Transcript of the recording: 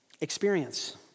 Experience